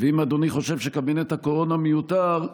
ואם אדוני חושב שקבינט הקורונה מיותר,